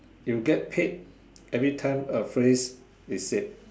you get paid everytime a phrase is said